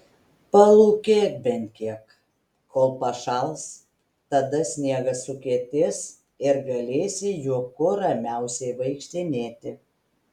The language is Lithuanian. palūkėk bent kiek kol pašals tada sniegas sukietės ir galėsi juo kuo ramiausiai vaikštinėti